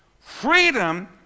freedom